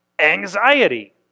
Anxiety